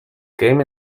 game